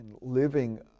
living